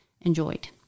enjoyed